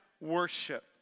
worship